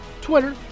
Twitter